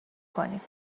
کنیم